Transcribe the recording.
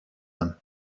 them